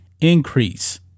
increase